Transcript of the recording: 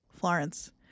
Florence